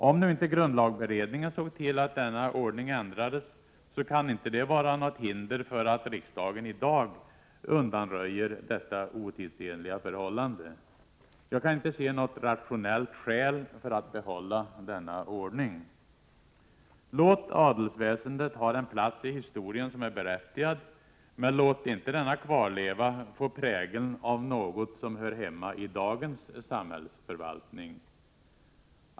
Om nu inte grundlagberedningen såg till att denna ordning ändrades, kan det inte finnas något hinder för riksdagen att i dag undanröja detta otidsenliga förhållande. Jag kan inte se något rationellt skäl för att behålla denna ordning. Låt adelsväsendet ha den plats i historien som är berättigad, men låt inte denna kvarleva få prägeln av något som hör hemma i dagens samhällsförvaltning.